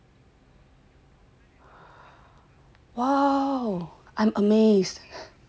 !wow! I'm amazed